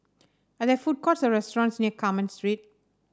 are there food courts or restaurants near Carmen Street